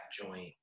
joint